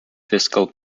fiscal